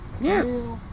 Yes